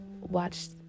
watched